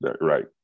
Right